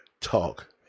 talk